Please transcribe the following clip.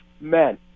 men